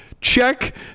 check